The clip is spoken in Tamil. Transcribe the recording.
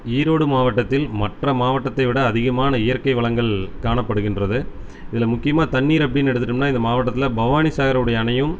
ஈரோடு மாவட்டத்தில் மற்ற மாவட்டத்தை விட அதிகமான இயற்கை வளங்கள் காணப்படுகின்றது இதில் முக்கியமாக தண்ணீர் அப்படினு எடுத்துட்டமுன்னால் இந்த மாவட்டத்தில் பவானி சாகருடைய அணையும்